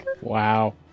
Wow